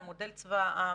על מודל צבא העם,